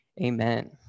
Amen